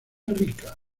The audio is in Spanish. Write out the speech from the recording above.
rica